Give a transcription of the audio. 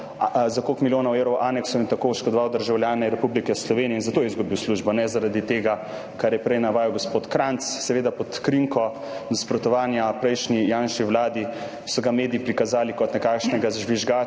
vem koliko milijonov evrov aneksov in tako oškodoval državljane Republike Slovenije. Zato je izgubil službo, ne zaradi tega, kar je prej navajal gospod Krajnc. Seveda, pod krinko nasprotovanja prejšnji, Janševi vladi so ga mediji prikazali kot nekakšnega žvižgača